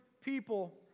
people